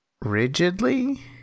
rigidly